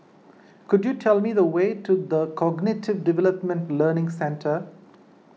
could you tell me the way to the Cognitive Development Learning Centre